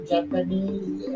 Japanese